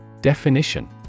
Definition